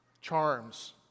charms